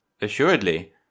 Assuredly